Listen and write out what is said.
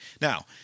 Now